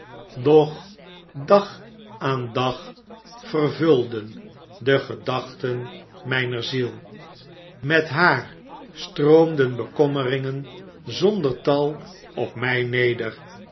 doch dag aan dag vervulden die gedachten mijne ziel met haa stroomden bekommeringen zonder tal op mij neder